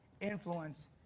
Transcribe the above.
influence